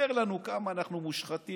סיפר לנו כמה אנחנו מושחתים,